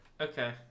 Okay